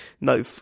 no